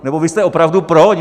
Nebo vy jste opravdu pro?